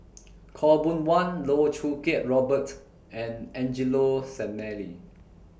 Khaw Boon Wan Loh Choo Kiat Robert and Angelo Sanelli